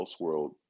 Elseworld